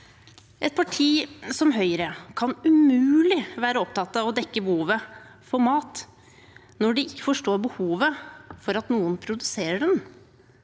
Et parti som Høyre kan umulig være opptatt av å dekke behovet for mat når de ikke forstår behovet for at noen produserer den.